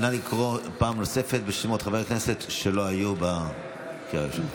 נא לקרוא פעם נוספת בשמות חברי הכנסת שלא היו בקריאה הראשונה.